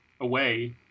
away